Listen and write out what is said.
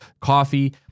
coffee